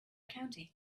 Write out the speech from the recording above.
county